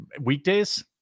weekdays